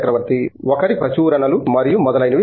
చక్రవర్తి ఒకరి ప్రచురణలు మరియు మొదలైనవి